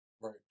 right